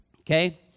okay